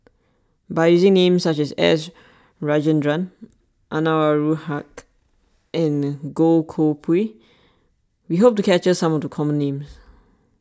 by using names such as S Rajendran Anwarul Haque and Goh Koh Pui we hope to capture some of the common names